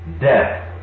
death